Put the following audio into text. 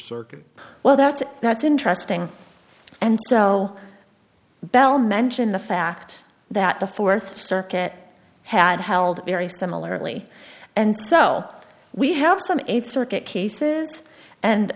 circuit well that's that's interesting and so bell mentioned the fact that the th circuit had held very similarly and so we have some th circuit